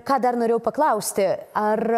ką dar norėjau paklausti ar